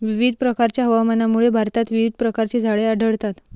विविध प्रकारच्या हवामानामुळे भारतात विविध प्रकारची झाडे आढळतात